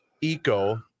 eco